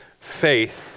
faith